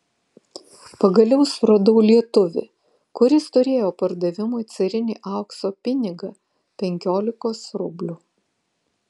pagaliau suradau lietuvį kuris turėjo pardavimui carinį aukso pinigą penkiolikos rublių